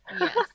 Yes